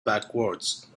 backwards